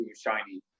shiny